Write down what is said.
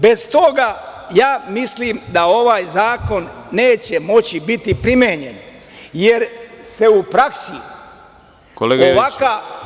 Bez toga, ja mislim, da ovaj zakon neće moći biti primenjen, jer se u praksi ovakva…